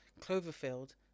Cloverfield